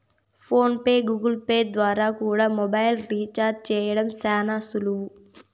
phone pay, Google Pay ద్వారా కూడా mobile recharge చేయడం శానా సులువు